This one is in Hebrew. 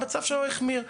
המצב שלו החמיר.